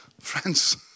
friends